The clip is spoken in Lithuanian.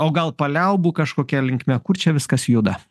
o gal paliaubų kažkokia linkme kur čia viskas juda